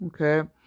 okay